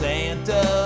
Santa